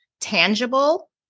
tangible